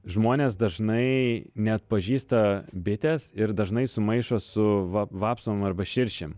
žmonės dažnai neatpažįsta bitės ir dažnai sumaišo su va vapsvom arba širšėm